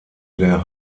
der